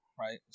right